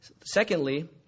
secondly